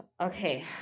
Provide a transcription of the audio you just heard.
Okay